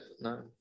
no